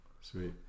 sweet